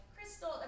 crystal